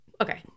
Okay